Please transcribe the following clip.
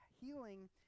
healing